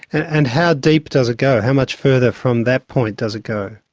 and how deep does it go, how much further from that point does it go?